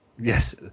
Yes